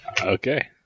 Okay